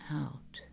out